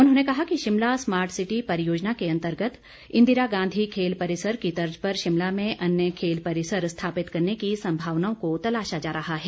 उन्होंने कहा कि शिमला स्मार्ट सिटी परियोजना के अंतर्गत इंदिरा गांधी खेल परिसर की तर्ज पर शिमला में अन्य खेल परिसर स्थापित करने की संभावनाओं को तलाशा जा रहा है